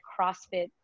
CrossFit